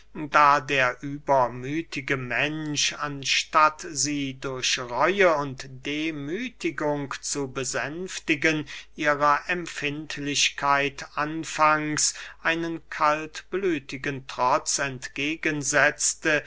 da der übermüthige mensch anstatt sie durch reue und demüthigung zu besänftigen ihrer empfindlichkeit anfangs einen kaltblütigen trotz